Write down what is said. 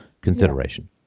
consideration